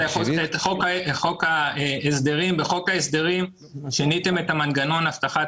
חוק ההסדרים ובחוק ההסדרים שיניתם את מנגנון אבטחת